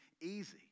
easy